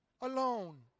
alone